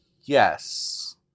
yes